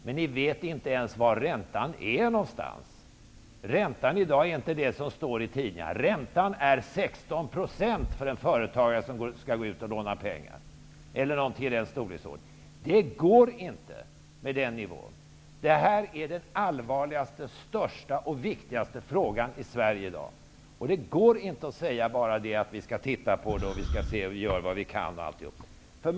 Men ni vet inte ens var någonstans räntan ligger. Räntan i dag är inte den som står i tidningarna. Räntan är 16 % för den företagare som skall gå ut och låna pengar -- det rör sig om tal i den storleksordningen. Men det går inte att ha den nivån. Det här är den allvarligaste, största och viktigaste frågan i Sverige i dag. Det går inte att bara säga att man skall titta på det här, att man gör vad man kan osv.